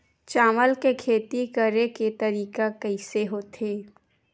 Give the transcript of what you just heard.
चावल के खेती करेके तरीका कइसे होथे?